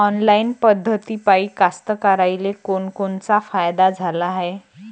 Online पद्धतीपायी कास्तकाराइले कोनकोनचा फायदा झाला हाये?